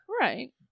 Right